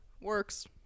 works